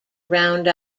round